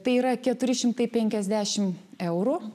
tai yra keturi šimtai penkiasdešim eurų